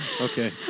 Okay